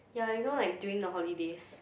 yeah you know like during the holidays